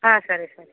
ಹಾಂ ಸರಿ ಸರ್